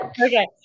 okay